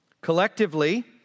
Collectively